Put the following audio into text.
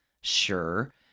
Sure